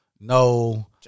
no